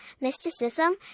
mysticism